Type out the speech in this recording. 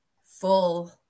full